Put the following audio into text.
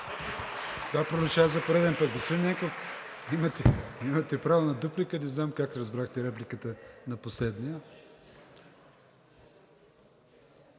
Това пролича за пореден път. Господин Ненков, имате право на дуплика. Не знам как разбрахте репликата на последния.